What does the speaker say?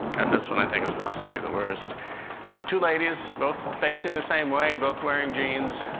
and this one i think is possibly the worst two ladies, both facing the same way, both wearing jeans.